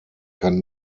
kann